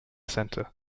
center